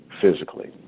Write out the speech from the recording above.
physically